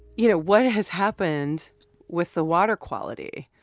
you know, what has happened with the water quality?